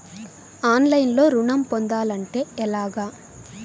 ఆన్లైన్లో ఋణం పొందాలంటే ఎలాగా?